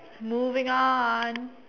moving on